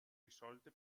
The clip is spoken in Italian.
risolte